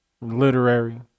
literary